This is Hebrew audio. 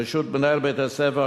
בראשות מנהל בית-הספר,